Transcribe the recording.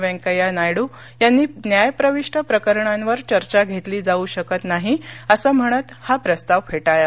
व्यंकैय्या नायड यांनी न्यायप्रविष्ट प्रकरणांवर चर्चा घेतली जाऊ शकत नाही असं म्हणत हा प्रस्तावफेटाळला